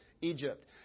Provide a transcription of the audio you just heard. egypt